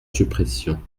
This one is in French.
suppression